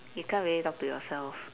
you can't really talk to yourself